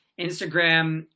Instagram